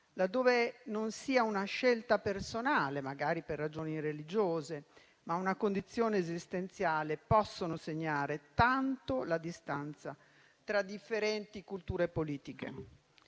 (laddove non sia una scelta personale, magari per ragioni religiose, ma una condizione esistenziale) possono segnare tanto la distanza tra differenti culture politiche.